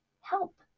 help